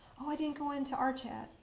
ah didn't go into our chat,